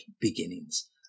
beginnings